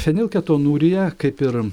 fenilketonurija kaip ir